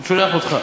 הוא שולח אותך.